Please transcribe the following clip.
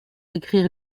écrire